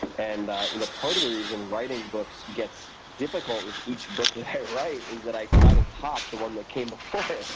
and part of the reason writing books gets difficult with each book that i write is that i try to top the one that came before